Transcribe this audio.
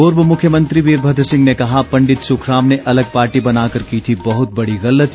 पूर्व मुख्यमंत्री वीरभद्र सिंह ने कहा पंडित सुखराम ने अलग पार्टी बनाकर की थी बहुत बड़ी गलती